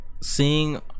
seeing